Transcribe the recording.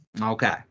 Okay